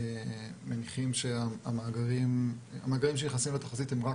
מניחים שהמאגרים שנכנסים לתחזית הם רק